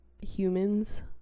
humans